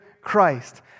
Christ